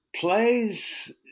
plays